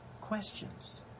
questions